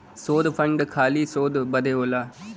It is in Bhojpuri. शोध फंड खाली शोध बदे होला